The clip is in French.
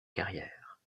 carrière